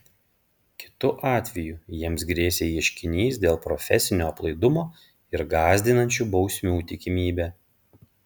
kitu atveju jiems grėsė ieškinys dėl profesinio aplaidumo ir gąsdinančių bausmių tikimybė